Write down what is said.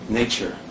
nature